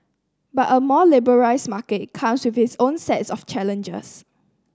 but a more liberalised market comes with its own set of challenges